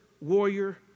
warrior